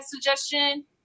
suggestion